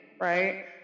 right